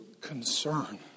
concern